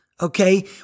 Okay